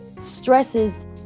stresses